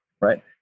Right